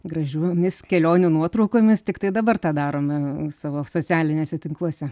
gražiomis kelionių nuotraukomis tiktai dabar tą darome savo socialiniuose tinkluose